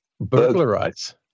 Burglarize